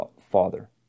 Father